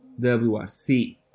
WRC